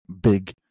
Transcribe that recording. big